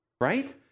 Right